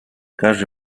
każdy